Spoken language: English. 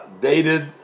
dated